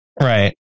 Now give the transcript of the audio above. Right